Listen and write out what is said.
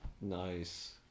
Nice